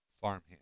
farmhand